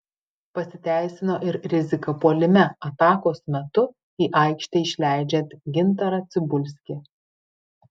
pasiteisino ir rizika puolime atakos metu į aikštę išleidžiant gintarą cibulskį